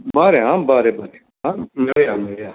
बरें आ बरें बरें आं मेळुया मेळुया